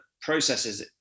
processes